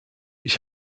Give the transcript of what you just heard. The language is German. ich